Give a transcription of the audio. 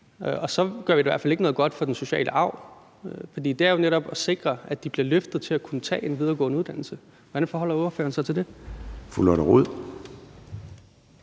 og så gør vi da i hvert fald ikke noget godt for den sociale arv. For det er jo netop at sikre, at de bliver løftet til at kunne tage en videregående uddannelse. Hvordan forholder ordføreren sig til det? Kl.